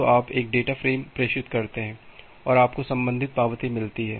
तो आप एक डेटा फ़्रेम प्रेषित करते हैं और आपको संबंधित पावती मिलती है